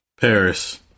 Paris